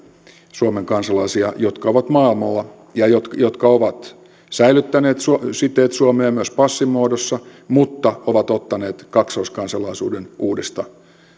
suomen kansalaisia jotka ovat maailmalla ja jotka ovat säilyttäneet siteet suomeen myös passin muodossa mutta jotka ovat ottaneet kaksoiskansalaisuuden uudesta